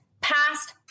past